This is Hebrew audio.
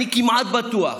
אני כמעט בטוח,